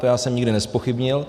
To já jsem nikdy nezpochybnil.